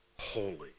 holy